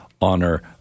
Honor